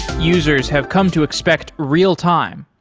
users have come to expect real-time.